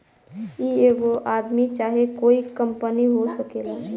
ई एगो आदमी चाहे कोइ कंपनी हो सकेला